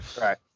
Right